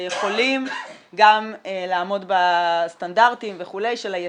ויכולים גם לעמוד בסטנדרטים וכו' של הייצוא.